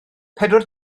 pedwar